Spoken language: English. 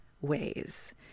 ways